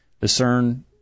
discern